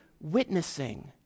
witnessing